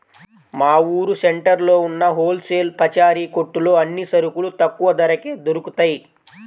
మా ఊరు సెంటర్లో ఉన్న హోల్ సేల్ పచారీ కొట్టులో అన్ని సరుకులు తక్కువ ధరకే దొరుకుతయ్